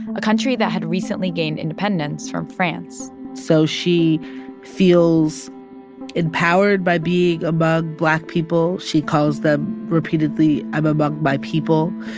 a country that had recently gained independence from france so she feels empowered by being among black people. she calls them, repeatedly, i'm among my people.